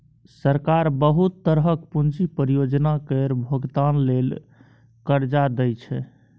सरकार बहुत तरहक पूंजी परियोजना केर भोगतान लेल कर्जा दइ छै